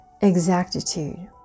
exactitude